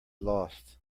lost